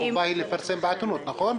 החובה היא לפרסם בעיתונות, נכון?